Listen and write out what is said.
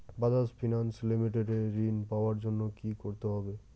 Bajaj finance limited এ ঋন পাওয়ার জন্য কি করতে হবে?